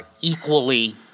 equally